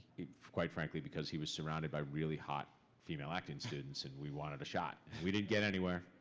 quite frankly, because he was surrounded by really hot female acting students and we wanted a shot. we didn't get anywhere.